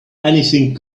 anything